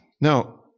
Now